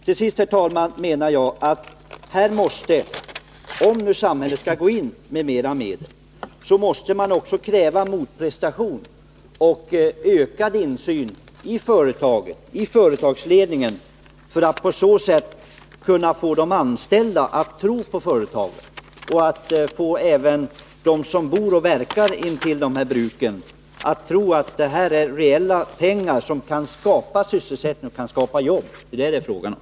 Till sist vill jag säga, herr talman, att om nu samhället skall gå in med mera medel, så måste man också kräva en motprestation i form av ökad insyn i företaget och i företagsledningens arbete, så att de anställda kan tro på företaget och så att man får dem som bor och verkar kring de här bruken att tro på att det är fråga om reella pengar som kan skapa jobb. Det är detta det är fråga om.